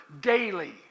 daily